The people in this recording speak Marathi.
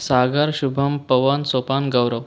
सागर शुभम पवन सोपान गौरव